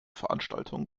veranstaltung